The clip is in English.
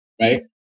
right